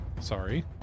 sorry